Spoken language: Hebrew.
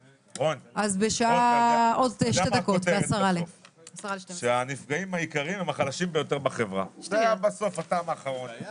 11:45.